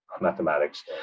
mathematics